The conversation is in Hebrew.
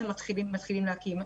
והם מתחילים להקים.